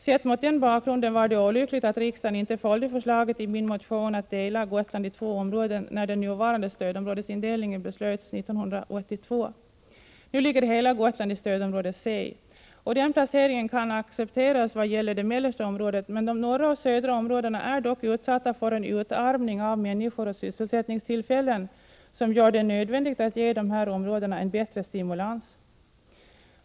Sett mot denna bakgrund var det olyckligt att riksdagen inte följde förslaget i min motion att dela Gotland i två områden, när den nuvarande stödområdesindelningen beslutades våren 1982. Nu ligger hela Gotland i stödområde C. Den placeringen kan accepteras i vad gäller det mellersta området, men de norra och södra områdena är dock utsatta för en utarmning på både människor och sysselsättningstillfällen som gör det nödvändigt att ge dessa områden en bättre stimulans.